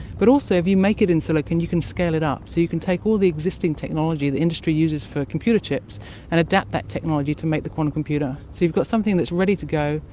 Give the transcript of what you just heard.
but also if you make it in silicon you can scale it up. so you can take all the existing technology that industry uses for computer chips and adapt that technology to make the quantum computer. so you've got something that's ready to go,